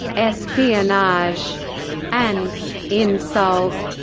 espionage and insult.